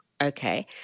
Okay